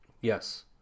Yes